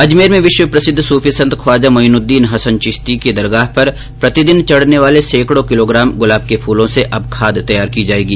अजमेर में विश्व प्रसिद्ध सूफी संत ख्वाजा मोईनुद्दीन हसन चिश्ती की दरगाह पर प्रतिदिन चढ़ने वाले सैंकड़ों किलोग्राम गुलाब के फूलों से अब खाद तैयार की जाएगी